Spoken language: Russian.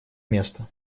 место